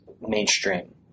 mainstream